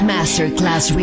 Masterclass